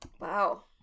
Wow